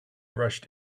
rushed